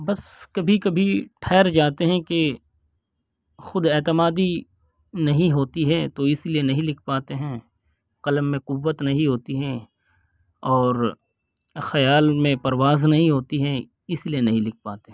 بس کبھی کبھی ٹھہر جاتے ہیں کہ خود اعتمادی نہیں ہوتی ہے تو اس لیے نہیں لکھ پاتے ہیں قلم میں قوت نہیں ہوتی ہے اور خیال میں پرواز نہیں ہوتی ہے اس لیے نہیں لکھ پاتے ہیں